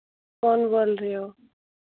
कौन बोल रहे हो